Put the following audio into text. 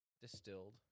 distilled